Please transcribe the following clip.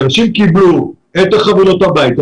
כשאנשים קיבלו את החבילות הביתה,